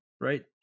right